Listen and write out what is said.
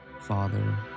Father